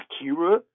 Akira